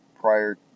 prior